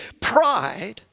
pride